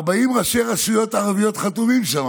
40 ראשי רשויות ערביות חתומים שם,